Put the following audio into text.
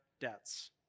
debts